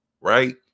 right